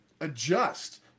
adjust